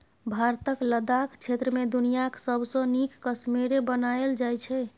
भारतक लद्दाख क्षेत्र मे दुनियाँक सबसँ नीक कश्मेरे बनाएल जाइ छै